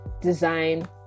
design